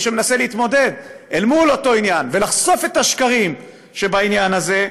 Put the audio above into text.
מי שמנסה להתמודד עם אותו עניין ולחשוף את השקרים שבעניין הזה,